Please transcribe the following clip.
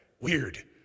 Weird